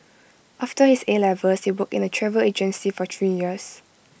after his A levels he worked in A travel agency for three years